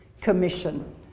Commission